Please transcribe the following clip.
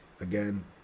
Again